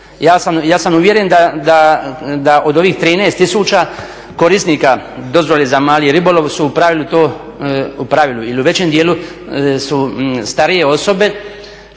Ja sam uvjeren da od ovih 13 tisuća korisnika dozvole za mali ribolov su u pravilu to ili u većem dijelu su starije osobe